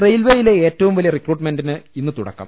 റയിൽവെയിലെ ഏറ്റവും വലിയ റിക്രൂട്ട്മെന്റിന് ഇന്ന് തുട ക്കം